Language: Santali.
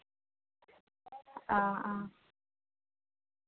ᱚ ᱚ